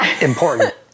Important